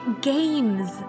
Games